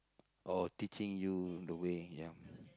oh teaching you the way ya